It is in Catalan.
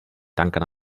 tanquen